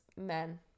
men